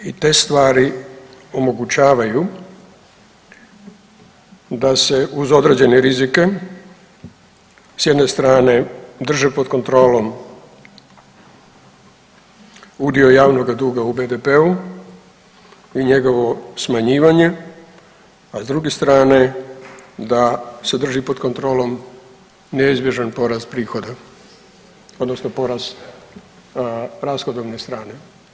I te stvari omogućavaju da se uz određene rizike s jedne strane drže pod kontrolom udio javnoga duga u BDP-u i njegovo smanjivanje, a s druge strane da se drži pod kontrolom neizbježan porast prihoda, odnosno porast rashodovne strne.